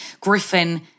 Griffin